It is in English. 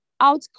Out